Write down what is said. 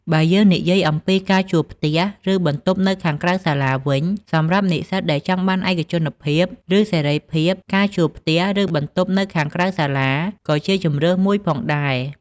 បើយើងនិយាយអំពី ការជួលផ្ទះ ឬបន្ទប់នៅក្រៅសាលាវិញ សម្រាប់និស្សិតដែលចង់បានឯកជនភាព ឬសេរីភាព ការជួលផ្ទះ ឬបន្ទប់នៅក្រៅសាលាក៏ជាជម្រើសមួយផងដែរ។